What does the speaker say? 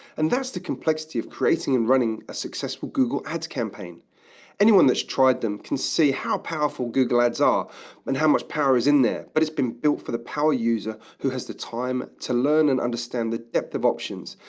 and that's the complexity of creating and running a successful google ads campaign. greg anyone that's tried them can see how powerful google ads are and how much power is in there, but it's been built for the power user who has the time to learn and understand the depth of options.